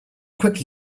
quickly